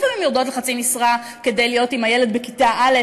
לפעמים יורדות לחצי משרה כדי להיות עם הילד בכיתה א',